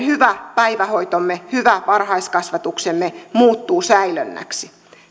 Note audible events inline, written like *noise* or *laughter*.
*unintelligible* hyvä päivähoitomme hyvä varhaiskasvatuksemme muuttuu säilönnäksi